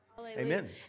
Amen